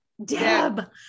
Deb